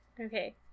Okay